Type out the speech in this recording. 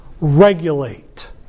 regulate